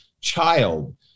child